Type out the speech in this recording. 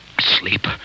Sleep